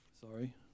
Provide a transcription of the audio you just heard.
sorry